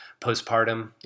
postpartum